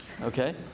okay